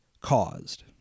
caused